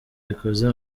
bikoze